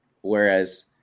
whereas